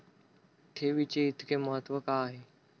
ठेवीचे इतके महत्व का आहे?